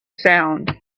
sound